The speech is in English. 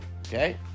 Okay